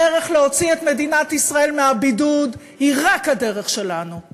הדרך להוציא את מדינת ישראל מהבידוד היא רק הדרך שלנו.